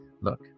look